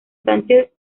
sánchez